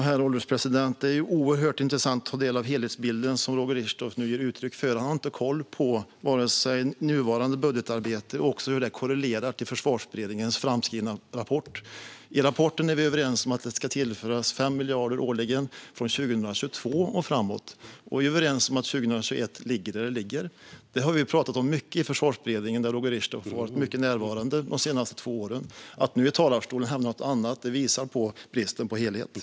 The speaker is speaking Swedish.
Herr ålderspresident! Det är oerhört intressant att ta del av den helhetsbild som Roger Richtoff nu ger uttryck för. Han har inte koll på vare sig nuvarande budgetarbete eller hur det korrelerar med Försvarsberedningens rapport. I rapporten är vi överens om att det ska tillföras 5 miljarder årligen från 2022 och framåt, och vi är överens om att 2021 ligger där det ligger. Det har vi pratat mycket om i Försvarsberedningen, där Roger Richtoff varit mycket närvarande de senaste två åren. Att nu i talarstolen hävda något annat visar på bristen på helhetssyn.